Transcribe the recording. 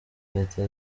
leta